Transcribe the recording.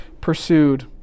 pursued